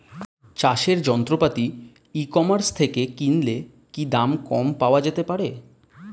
চাষের যন্ত্রপাতি e commerce থেকে কিনলে কি দাম কম পাওয়া যেতে পারে?